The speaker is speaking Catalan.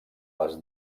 les